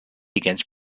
against